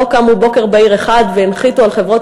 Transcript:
לא קמו בוקר בהיר אחד והנחיתו על חברות